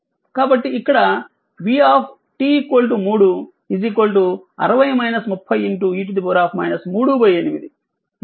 కాబట్టి ఇక్కడ vt3 60 30 e 38 39